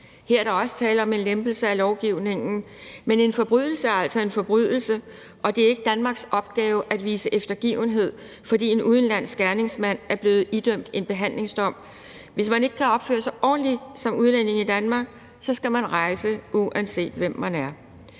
Her er der også tale om en lempelse af lovgivningen, men en forbrydelse er altså en forbrydelse, og det er ikke Danmarks opgave at vise eftergivenhed, fordi en udenlandsk gerningsmand er blevet idømt en behandlingsdom. Hvis man ikke kan opføre sig ordentligt som udlænding i Danmark, skal man rejse, uanset hvem man er.